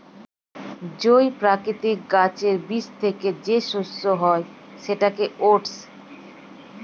জই প্রকৃতির গাছের বীজ থেকে যে শস্য হয় সেটাকে ওটস